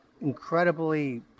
incredibly